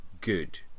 good